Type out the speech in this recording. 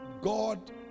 God